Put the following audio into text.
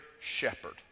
shepherd